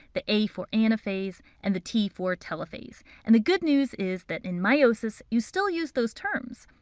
the a for anaphase, and the t for telophase. and the good news is that in meiosis, you still use those terms,